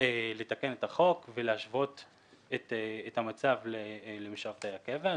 לתקן את החוק ולהשוות את המצב למשרתי הקבע.